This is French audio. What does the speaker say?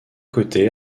côté